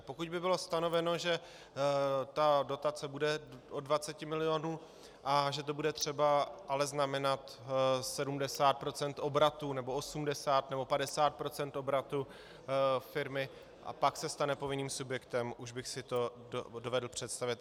Pokud by bylo stanoveno, že ta dotace bude od 20 milionů a že to bude třeba ale znamenat 70 % obratu, nebo 80, nebo 50 % obratu firmy, a pak se stane povinným subjektem, už bych si to dovedl představit.